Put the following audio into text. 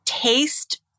Taste